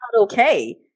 okay